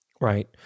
Right